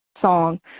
song